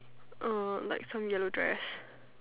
uh like some yellow dress